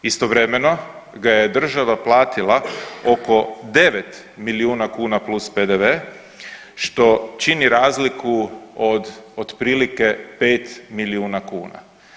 Istovremeno ga je država platila oko 9 milijuna kuna plus PDV što čini razliku od otprilike 5 milijuna kuna.